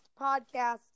podcast